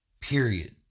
period